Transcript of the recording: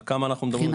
על כמה אנחנו מדברים?